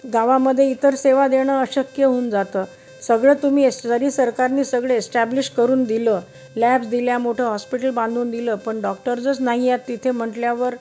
गावामध्ये इतर सेवा देणं अशक्य होऊन जातं सगळं तुम्ही एस तरी सरकारने सगळे एस्टॅब्लिश करून दिलं लॅब्स दिल्या मोठं हॉस्पिटल बांधून दिलं पण डॉक्टर्जच नाही आहेत तिथे म्हटल्यावर